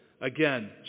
Again